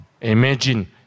Imagine